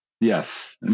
Yes